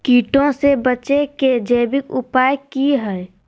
कीटों से बचे के जैविक उपाय की हैय?